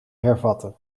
hervatten